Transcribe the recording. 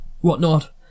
whatnot